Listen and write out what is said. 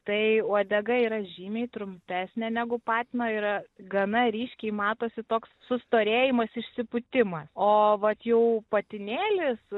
tai uodega yra žymiai trumpesnė negu patino yra gana ryškiai matosi toks sustorėjimas išsipūtimas o vat jau patinėlis